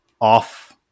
off